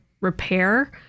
repair